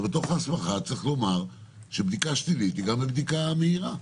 אבל בתוך ההסמכה צריך לומר שבדיקה שלילית היא גם בבדיקה מהירה.